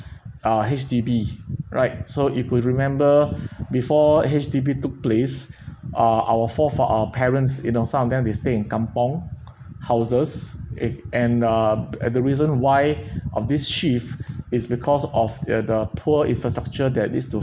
uh H_D_B right so if you could remember before H_D_B took place ah our forefa~ uh parents in you know some of them they stay in kampung houses eh and uh and the reason why of this shift is because of their the poor infrastructure that leads to